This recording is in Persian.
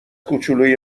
کوچلوی